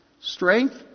strength